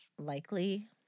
likely